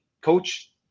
coach